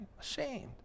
Ashamed